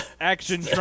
action